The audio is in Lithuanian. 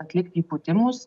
atlikti įpūtimus